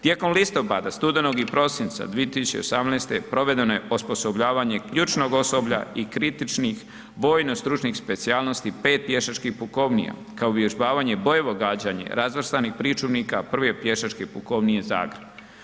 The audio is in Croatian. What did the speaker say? Tijekom listopada, studenoga i prosinca 2018. provedeno je osposobljavanje ključnog osoblja i kritičnih vojno-stručnih specijalnosti 5 pješačkih pukovnija, kao uvježbavanje bojevo gađanje razvrstanih pričuvnika Prve pješačke pukovnije Zagreb.